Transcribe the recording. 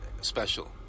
special